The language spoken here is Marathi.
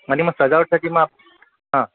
आणि मग सजावटसाठी मग हं